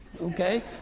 Okay